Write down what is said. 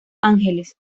ángeles